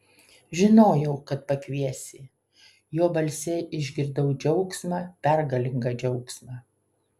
žinojau kad pakviesi jo balse išgirdau džiaugsmą pergalingą džiaugsmą